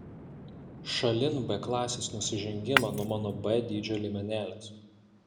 šalin b klasės nusižengimą nuo mano b dydžio liemenėlės